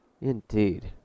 Indeed